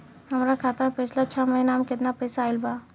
हमरा खाता मे पिछला छह महीना मे केतना पैसा आईल बा?